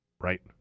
Right